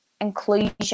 inclusion